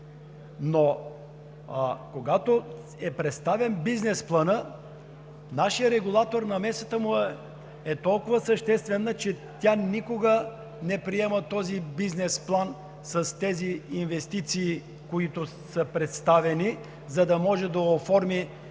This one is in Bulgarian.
Но когато е представен бизнес планът, на нашия регулатор намесата му е толкова съществена, че тя никога не приема този бизнес план с тези инвестиции, които са представени, за да може да оформи